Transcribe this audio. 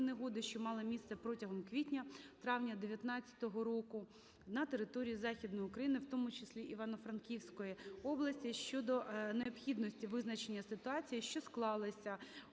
негоди, що мала місце протягом квітня - травня 2019 року на території Західної України, у тому числі Івано-Франківської області щодо необхідності визначення ситуації, що склалася